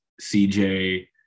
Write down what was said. CJ